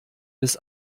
bis